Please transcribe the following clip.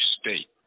state